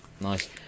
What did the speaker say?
Nice